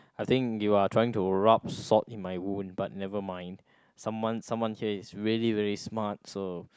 I think you are trying to rub salt in my wound but nevermind someone someone here is really really smart so